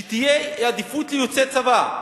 שתהיה עדיפות ליוצא צבא.